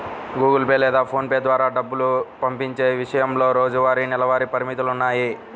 Google Pay లేదా PhonePe ద్వారా డబ్బు పంపించే విషయంలో రోజువారీ, నెలవారీ పరిమితులున్నాయి